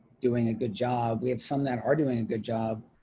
doing a good job. we have some that are doing a good job.